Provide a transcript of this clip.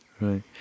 Right